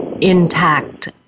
intact